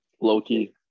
Low-key